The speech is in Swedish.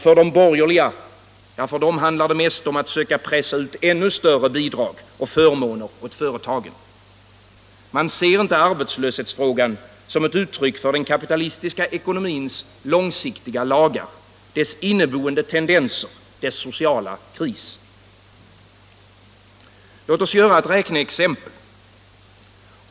För de borgerliga handlar det mest om att söka pressa ut ännu större bidrag och förmåner åt företagen. Man ser inte på arbetslöshetsfrågan som ett uttryck för den kapitalistiska ekonomins långsiktiga lagar, dess inneboende tendenser, dess sociala kris. Låt oss göra ett räkneexempel!